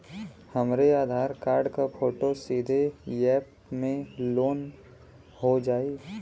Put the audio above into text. हमरे आधार कार्ड क फोटो सीधे यैप में लोनहो जाई?